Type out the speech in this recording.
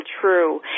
true